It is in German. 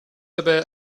dabei